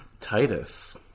Titus